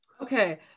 Okay